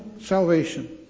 salvation